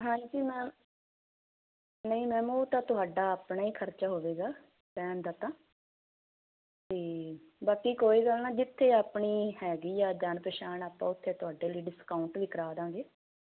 ਹਾਂਜੀ ਮੈਮ ਨਹੀਂ ਮੈਮ ਉਹ ਤਾਂ ਤੁਹਾਡਾ ਆਪਣਾ ਹੀ ਖਰਚਾ ਹੋਵੇਗਾ ਰਹਿਣ ਦਾ ਤਾਂ ਤੇ ਬਾਕੀ ਕੋਈ ਗੱਲ ਨਾ ਜਿੱਥੇ ਆਪਣੀ ਹੈਗੀ ਆ ਜਾਣ ਪਛਾਣ ਆਪਾਂ ਉਥੇ ਤੁਹਾਡੇ ਲਈ ਡਿਸਕਾਊਂਟ ਵੀ ਕਰਾ ਦਾਂਗੇ